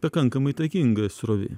pakankamai įtakinga srovė